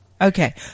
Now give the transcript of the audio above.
Okay